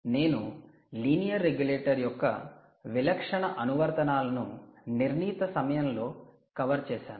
నేను linear regulator యొక్క విలక్షణ అనువర్తనాలను నిర్ణీత సమయంలో కవర్ చేసాను